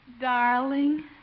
Darling